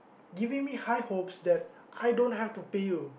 giving me high hopes that I don't have to pay you